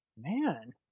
Man